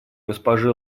госпожи